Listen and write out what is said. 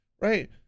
right